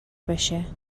بشه